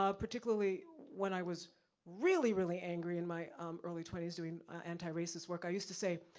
ah particularly, when i was really, really angry in my early twenty s doing anti-racist work. i used to say,